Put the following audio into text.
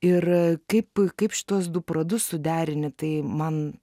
ir kaip kaip šituos du pradus suderini tai man